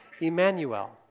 Emmanuel